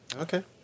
Okay